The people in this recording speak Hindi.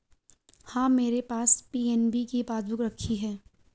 हाँ, मेरे पास पी.एन.बी की पासबुक रखी है